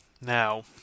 Now